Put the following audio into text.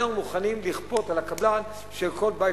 אנחנו מוכנים לכפות על הקבלן שעל כל בית